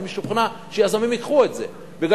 אני משוכנע שיזמים ייקחו את זה מפני